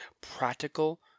Practical